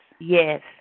Yes